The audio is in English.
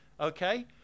okay